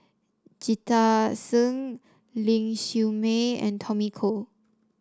Jita Singh Ling Siew May and Tommy Koh